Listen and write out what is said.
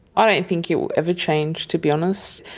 i don't think it will ever change, to be honest.